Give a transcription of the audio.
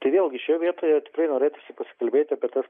tai vėlgi šioje vietoje tikrai norėtųsipasikalbėti apie tuos